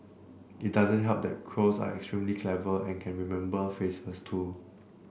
it doesn't help that crows are extremely clever and can remember faces too